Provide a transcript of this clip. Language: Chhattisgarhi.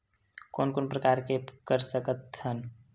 कोन कोन प्रकार के कर सकथ हन?